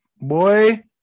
boy